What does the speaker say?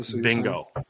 bingo